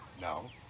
No